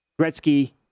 Gretzky